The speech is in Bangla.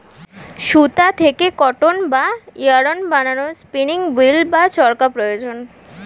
সুতা থেকে কটন বা ইয়ারন্ বানানোর স্পিনিং উঈল্ বা চরকা প্রয়োজন